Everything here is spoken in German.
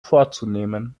vorzunehmen